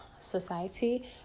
society